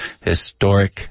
historic